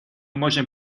можем